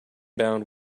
bound